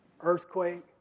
earthquake